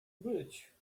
być